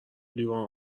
لیوان